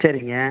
சரிங்க